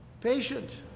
patient